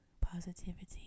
positivity